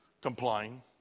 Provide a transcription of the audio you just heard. Complying